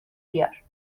بیار